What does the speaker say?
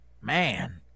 Man